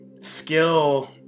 skill